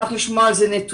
נשמח לשמוע על זה נתונים.